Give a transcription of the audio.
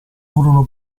furono